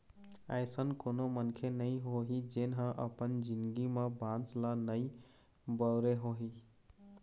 अइसन कोनो मनखे नइ होही जेन ह अपन जिनगी म बांस ल नइ बउरे होही